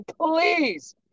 please